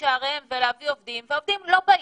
שעריהם ולהביא עובדים והעובדים לא באים,